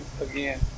again